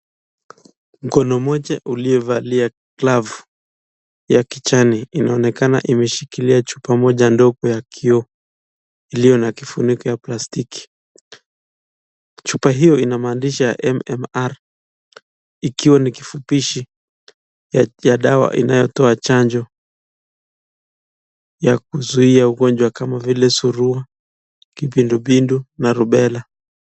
Mkono mmoja uliovalia glavu ya kijani inaonekana imeshikilia chupa moja ndogo ya kioo ilio na kifuniko ya plastiki chupa hiyo ina maandishi ya MMR ikiwa ni kifupishi ya dawa inayotoa chanjo ya kuzuia ugonjwa kama vile surua, kipindupindu na rubela.